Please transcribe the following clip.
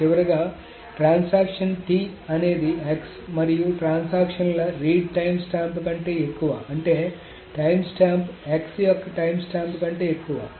చివరగా transaction T అనేది x మరియు ట్రాన్సాక్షన్ ల రీడ్ టైమ్స్టాంప్ కంటే ఎక్కువ అంటే టైమ్స్టాంప్ x యొక్క టైమ్స్టాంప్ కంటే ఎక్కువ